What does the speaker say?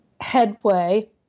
headway